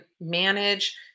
manage